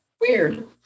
weird